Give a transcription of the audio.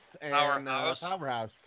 Powerhouse